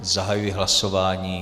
Zahajuji hlasování.